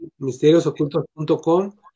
misteriosocultos.com